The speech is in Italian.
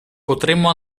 potremmo